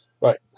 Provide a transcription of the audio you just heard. Right